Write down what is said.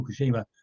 Fukushima